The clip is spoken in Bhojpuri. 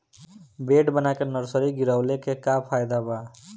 बेड बना के नर्सरी गिरवले के का फायदा बा?